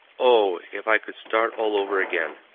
oh, if i could start all over again!